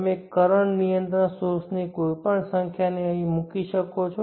તમે કરંટ નિયંત્રણ સોર્સ ની કોઈ પણ સંખ્યા ને અહીં મૂકી શકો છો